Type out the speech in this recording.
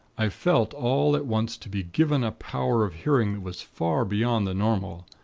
i felt all at once to be given a power of hearing that was far beyond the normal.